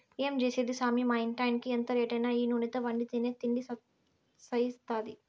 ఏం చేసేది సామీ మా ఇంటాయినకి ఎంత రేటైనా ఈ నూనెతో వండితేనే తిండి సయిత్తాది